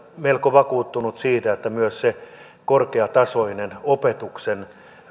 melko vakuuttunut siitä että myös se korkeatasoisen opetuksen